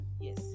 Yes